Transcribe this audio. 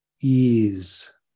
ease